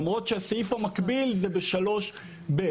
למרות שהסעיף המקביל הוא (3)(ב).